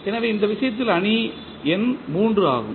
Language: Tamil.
எனவே இந்த விஷயத்தில் அணி n 3 ஆகும்